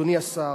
אדוני השר,